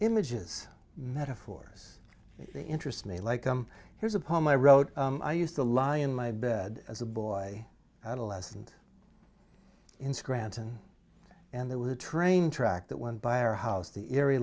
images metaphors interest me like um here's a poem i wrote i used to lie in my bed as a boy adolescent in scranton and there was a train track that went by our house the erie